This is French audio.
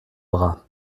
bras